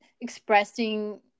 expressing